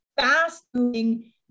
fast-moving